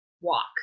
walk